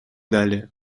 далее